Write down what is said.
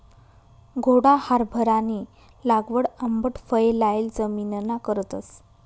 घोडा हारभरानी लागवड आंबट फये लायेल जमिनना करतस